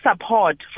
support